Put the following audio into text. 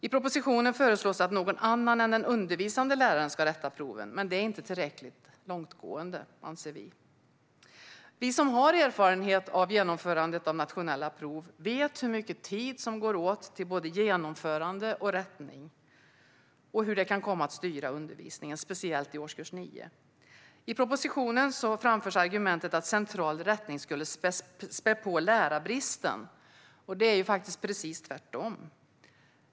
I propositionen föreslås att någon annan än den undervisande läraren ska rätta proven, men detta är inte tillräckligt långtgående, anser vi. Vi som har erfarenhet av genomförandet av nationella prov vet hur mycket tid som går åt till både genomförande och rättning och hur det kan komma att styra undervisningen, speciellt i årskurs 9. I propositionen framförs argumentet att central rättning skulle spä på lärarbristen. Det är precis tvärtom.